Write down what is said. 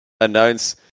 announce